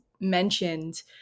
mentioned